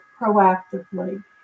proactively